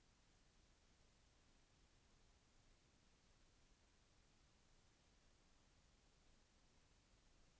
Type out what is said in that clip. marketing పరిశోధనదా అభివృద్ధి పరచడం ఎలా